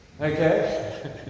okay